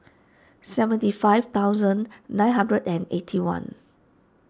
seventy five thousand nine hundred and eighty one